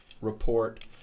report